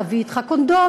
תביא אתך קונדומים.